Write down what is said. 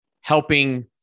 helping